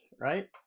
right